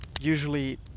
usually